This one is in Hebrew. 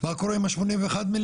מה קורה עם ה-81 מיליון?